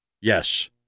Yes